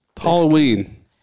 Halloween